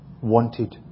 wanted